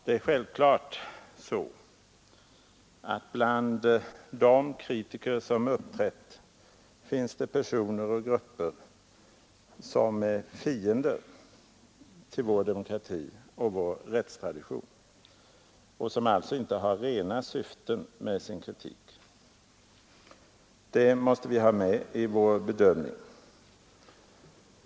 Det är självklart så, att bland de kritiker som uppträtt finns det personer och grupper som är fiender till vår demokrati och vår rättstradition och som alltså inte har rena syften med sin kritik. Det måste vi ha med i vår bedömning.